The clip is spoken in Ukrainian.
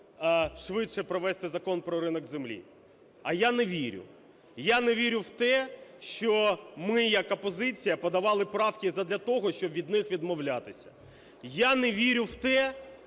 швидше провести Закон про ринок землі. А я не вірю, я не вірю в те, що ми як опозиція подавали правки задля того, щоб від них відмовлятися. Я не вірю в те,